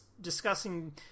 discussing